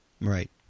Right